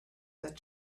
that